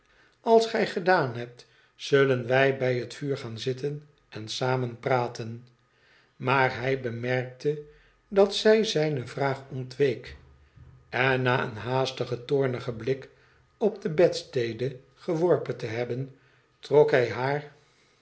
als gij gedaan hebt zullen wij bij het vuur gaan zitten en samen praten maar hij bemerkte dat zij zijne vraag ontweek en na een haastigen toomigen blik op de bedstede geworpen te hebben trok hij haar